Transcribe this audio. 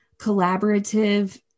collaborative